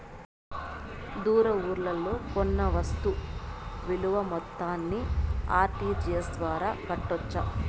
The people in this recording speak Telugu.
దూర ఊర్లలో కొన్న వస్తు విలువ మొత్తాన్ని ఆర్.టి.జి.ఎస్ ద్వారా కట్టొచ్చా?